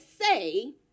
say